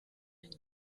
ein